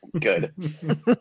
good